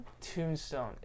Tombstone